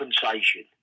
compensation